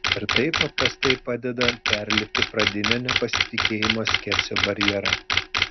ir tai paprastai padeda perlipti pradinio nepasitikėjimo skepsio barjerą